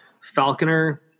Falconer